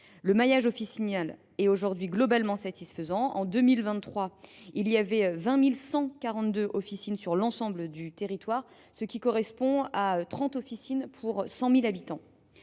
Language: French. Le maillage officinal est aujourd’hui globalement satisfaisant : au 1 janvier 2023, on comptait 20 142 officines sur l’ensemble du territoire, ce qui correspond à trente officines pour 100 000 habitants.